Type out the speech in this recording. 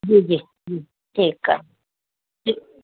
जी जी जी ठीकु आहे जी